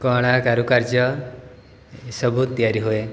କଳା କାରୁକାର୍ଯ୍ୟ ଏସବୁ ତିଆରି ହୁଏ